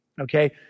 Okay